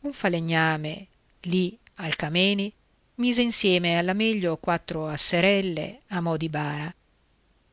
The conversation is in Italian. un falegname lì al camemi mise insieme alla meglio quattro asserelle a mo di bara